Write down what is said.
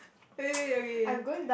wait wait okay